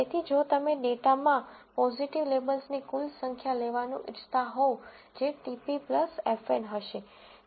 તેથી જો તમે ડેટામાં પોઝીટિવ લેબલ્સની કુલ સંખ્યા લેવાનું ઇચ્છતા હોવ જે TP FN હશે